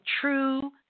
true